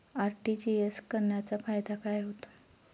RTGS करण्याचा फायदा काय होतो?